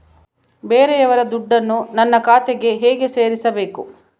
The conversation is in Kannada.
ಬೇರೆಯವರ ದುಡ್ಡನ್ನು ನನ್ನ ಖಾತೆಗೆ ಹೇಗೆ ಸೇರಿಸಬೇಕು?